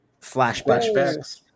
flashbacks